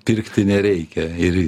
pirkti nereikia ir